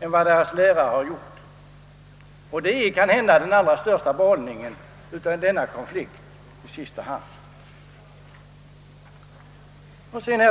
än vad de själva har gjort. Det är kanske i sista hand den allra största behållningen av denna konflikt. Herr talman!